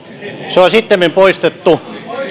se on sittemmin poistettu